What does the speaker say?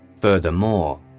Furthermore